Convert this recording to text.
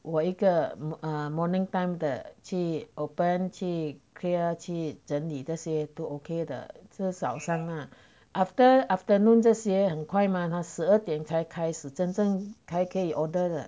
我一个 err morning time the 去 open 去 clear 去整理这些都 okay 的就是早上啊 after afternoon 这些很快吗他十二点才开始真正才可以 order 的